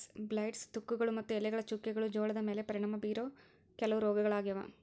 blights, ತುಕ್ಕುಗಳು ಮತ್ತು ಎಲೆಗಳ ಚುಕ್ಕೆಗಳು ಜೋಳದ ಮ್ಯಾಲೆ ಪರಿಣಾಮ ಬೇರೋ ಕೆಲವ ರೋಗಗಳಾಗ್ಯಾವ